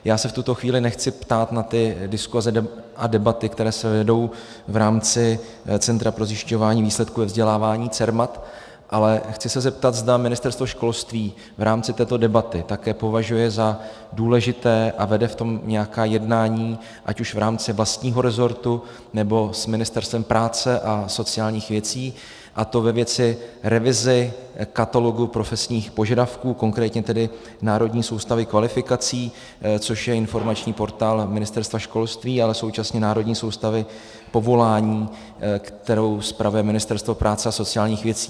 Já se v tuto chvíli nechci ptát na ty diskuse a debaty, které se vedou v rámci Centra pro zjišťování výsledků ve vzdělávání CERMAT, ale chci se zeptat, zda Ministerstvo školství v rámci této debaty také považuje za důležité a vede v tom nějaká jednání ať už v rámci vlastního rezortu, nebo s Ministerstvem práce a sociálních věcí, a to ve věci revize katalogu profesních požadavků, konkrétně tedy Národní soustavy kvalifikací, což je informační portál Ministerstva školství, ale současně Národní soustavy povolání, kterou spravuje Ministerstvo práce a sociálních věcí.